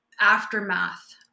aftermath